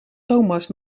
thomas